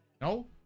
No